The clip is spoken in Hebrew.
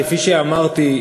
כפי שאמרתי,